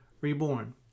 Reborn